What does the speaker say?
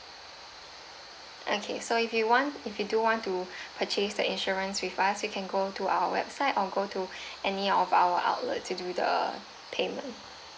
okay so if you want if you do want to purchase the insurance with us you can go to our website or go to any of our outlet to do the payment